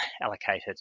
allocated